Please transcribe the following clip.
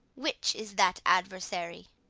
which is that adversary?